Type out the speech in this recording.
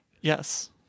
yes